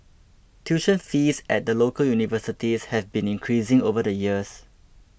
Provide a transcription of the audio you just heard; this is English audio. tuition fees at the local universities have been increasing over the years